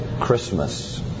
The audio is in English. Christmas